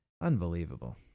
unbelievable